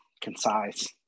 concise